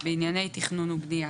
עכשיו,